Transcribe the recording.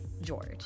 George